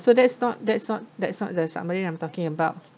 so that's not that's not that's not the submarine I'm talking about